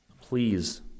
Please